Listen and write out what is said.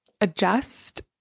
adjust